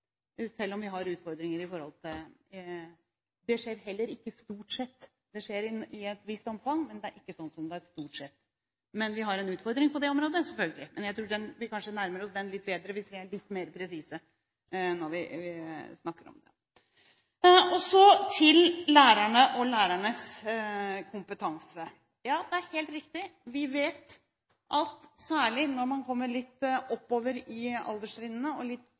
selv om vi har utfordringer i forhold til det. Det skjer heller ikke «stort sett». Det skjer i et visst omfang, men det er ikke sånn at det er «stort sett». Men vi har en utfordring på det området – selvfølgelig. Jeg tror kanskje vi nærmer oss den litt bedre hvis vi er litt mer presise når vi snakker om den. Så til lærerne og lærernes kompetanse. Ja, det er helt riktig, vi vet at særlig når man kommer litt oppover i alderstrinnene og litt